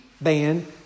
ban